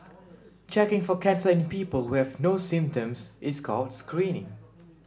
checking for cancer in people who have no symptoms is called screening